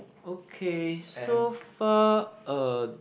okay so far uh